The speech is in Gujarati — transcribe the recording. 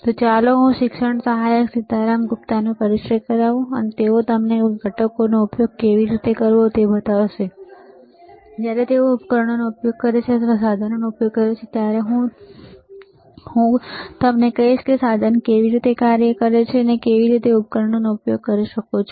તો ચાલો હું શિક્ષણ સહાયક સીતારામ ગુપ્તાનો પરિચય કરાવું તેઓ તમને ઘટકોનો ઉપયોગ કેવી રીતે કરવો તે બતાવશે અને જ્યારે તેઓ ઉપકરણોનો ઉપયોગ કરે છે અથવા સાધનનો ઉપયોગ કરે છે ત્યારે હું તમને કહીશ કે સાધન કેવી રીતે કાર્ય કરે છે તમે કેવી રીતે ઉપકરણોનો ઉપયોગ કરી શકો છો